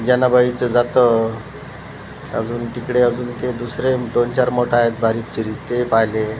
जनाबाईचं जातं अजून तिकडे अजून ते दुसरे दोन चार मठ आहेत बारीक चिरिक ते पाहिले